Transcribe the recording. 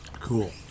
cool